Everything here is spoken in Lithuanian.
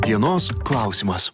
dienos klausimas